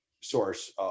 source